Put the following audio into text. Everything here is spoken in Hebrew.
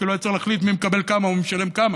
כי לא היה צריך להחליט מי מקבל כמה ומי משלם כמה.